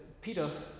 Peter